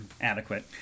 adequate